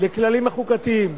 לכללים החוקתיים,